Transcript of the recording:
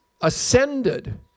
ascended